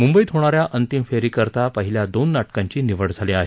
मुंबईत होणाऱ्या अंतिम फेरीकरिता पहिल्या दोन नाटकांची निवड झाली आहे